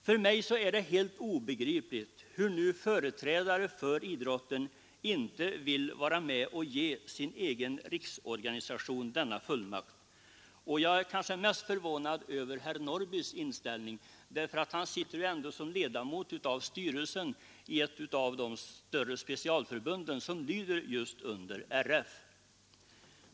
För mig är det helt obegripligt att företrädare för idrotten nu inte vill vara med om att ge sin egen riksorganisation denna fullmakt. Mest förvånad är jag kanske över herr Norrbys i Gunnarskog inställning, eftersom han ändå sitter som ledamot av styrelsen för ett av de större specialförbund som lyder just under RF.